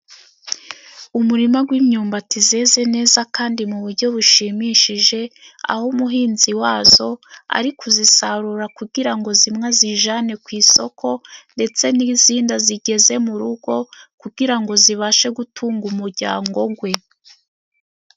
Umurima gw'imyumbati zeze neza kandi mu buryo bushimishije, aho umuhinzi wazo ari kuzisarura kugira ngo zimwe azijane ku isoko ndetse n'izindi azigeze mu rugo kugira ngo zibashe gutunga umuryango gwe.